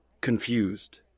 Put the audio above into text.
Confused